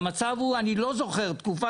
לא יקרה להם דבר.